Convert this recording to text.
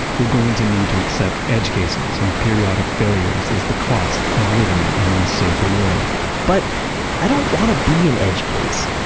we're going to need to accept edge cases and periodic failures as the cost of living in this safer world but i don't want to be an edge case.